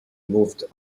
moved